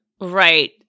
Right